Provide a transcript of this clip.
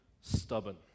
stubborn